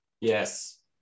Yes